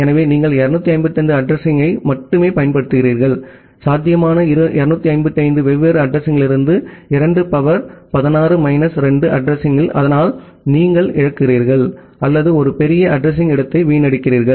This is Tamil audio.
எனவே நீங்கள் 255 அட்ரஸிங்யை மட்டுமே பயன்படுத்துகிறீர்கள் சாத்தியமான 255 வெவ்வேறு அட்ரஸிங்களில் 2 சக்தி 16 கழித்தல் 2 அட்ரஸிங்கள் அதனால் நீங்கள் இழக்கிறீர்கள் அல்லது ஒரு பெரிய அட்ரஸிங்இடத்தை வீணடிக்கிறீர்கள்